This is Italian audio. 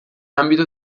ambito